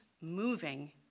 moving